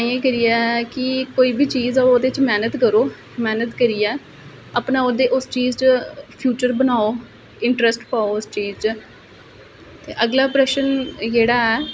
ताहियैं करिये कि कोई बी चीज करो ओहदे च मैहनत करो मैहनत करिये अपना ओहदे च उस चीज च फिउचर बनाओ इंटरेस्ट पाओ उस चीज च ते अगला प्रश्न जेहड़ा ऐ